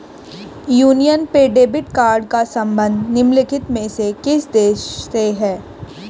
Union पे debit card का संबंध निम्नलिखित में से किस देश से है?